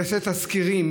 יעשה תסקירים,